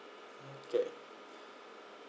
okay